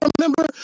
remember